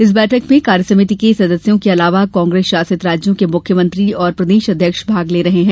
इस बैठक में कार्य समिति के सदस्यों के अलावा कांग्रेस शासित राज्यों के मुख्यमंत्री और प्रदेश अध्यक्ष भाग ले रहे हैं